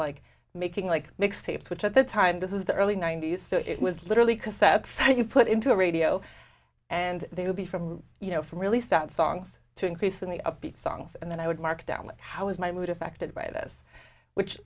like making like mix tapes which at the time this is the early ninety's so it was literally cassettes that you put into the radio and they would be from you know from really sad songs to increase in the upbeat songs and then i would mark down how was my mood affected by this which